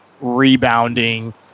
rebounding